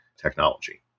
technology